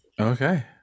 Okay